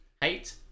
Hate